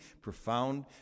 profound